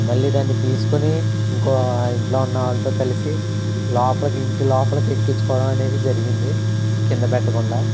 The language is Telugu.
మళ్ళీ దాన్ని తీసుకొని ఇంకో ఇంట్లో ఉన్న వాళ్ళతో కలిసి లోపలికి ఇంటి లోపలకెక్కిచ్చుకోవడం అనేది జరిగింది కింద పెట్టకుండా